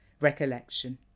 Recollection